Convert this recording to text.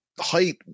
height